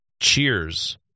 Cheers